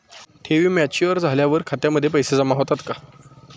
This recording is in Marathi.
ठेवी मॅच्युअर झाल्यावर खात्यामध्ये पैसे जमा होतात का?